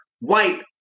white